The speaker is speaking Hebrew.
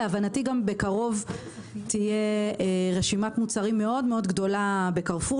להבנתי גם בקרוב תהיה רשימת מוצרים מאוד גדולה בקרפור